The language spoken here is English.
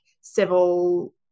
civil